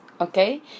okay